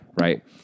Right